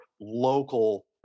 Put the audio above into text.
local